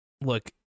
look